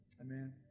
Amen